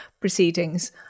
proceedings